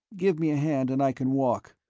give me a hand and i can walk,